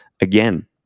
Again